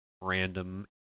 random